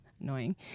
annoying